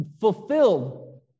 fulfilled